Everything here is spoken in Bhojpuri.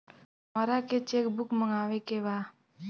हमारा के चेक बुक मगावे के बा?